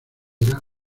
era